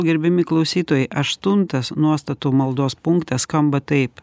gerbiami klausytojai aštuntas nuostatų maldos punktas skamba taip